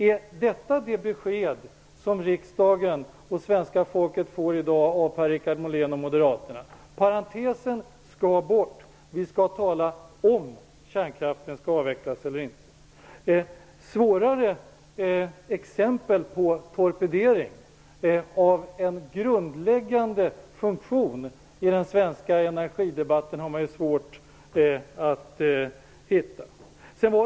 Är det besked som riksdagen och svenska folket i dag får av Per Richard Molén och Moderaterna att parentesen skall bort, att vill skall säga: ''om'' kärnkraften skall avvecklas eller inte? Klarare exempel på en torpedering av en grundläggande del i den svenska energidebatten är det svårt för mig att hitta.